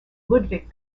ludwig